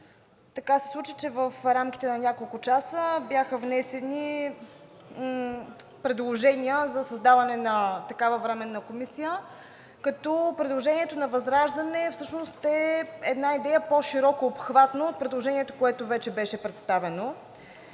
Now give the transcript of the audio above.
Така се случи, че в рамките на няколко часа бяха внесени предложения за създаване на такава временна комисия, като предложението на ВЪЗРАЖДАНЕ всъщност е една идея по-широкообхватно от предложението, което вече беше представено.